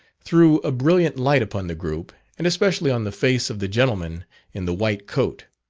threw a brilliant light upon the group, and especially on the face of the gentleman in the white coat,